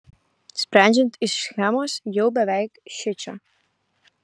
sprendžiant iš schemos jau beveik šičia